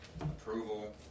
Approval